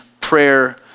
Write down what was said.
prayer